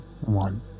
One